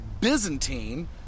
byzantine